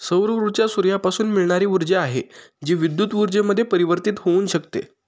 सौर ऊर्जा सूर्यापासून मिळणारी ऊर्जा आहे, जी विद्युत ऊर्जेमध्ये परिवर्तित होऊन जाते